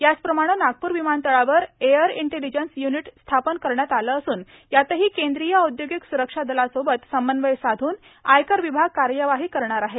याचप्रमाणे नागपूर विमानतळावर air intelligence unit स्थापन करण्यात आले असून यातही केंद्रीय औद्योगिक सुरक्षा दलासोबत समन्वय साधून आयकर विभाग कार्यवाही करणार आहे